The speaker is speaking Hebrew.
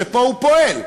שפה הוא פועל,